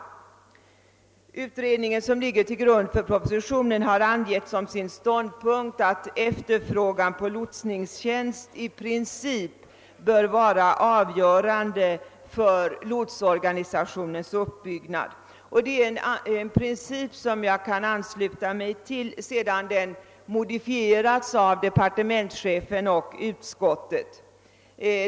En av de utredningar som ligger till grund för propositionen har som sin ståndpunkt angivit att efterfrågan på lotsningstjänst i princip bör vara avgörande för lotsorganisationens uppbyggnad. Det är en princip som jag kan ansluta mig till efter den modifiering som gjorts av departementschefen och utskottet.